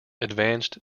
advanced